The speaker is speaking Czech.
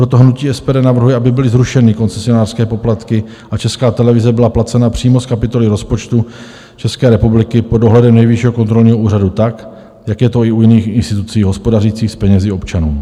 Proto hnutí SPD navrhuje, aby byly zrušeny koncesionářské poplatky a Česká televize byla placena přímo z kapitoly rozpočtu České republiky pod dohledem Nejvyššího kontrolního úřadu, tak jak je to i u jiných institucí hospodařících s penězi občanů.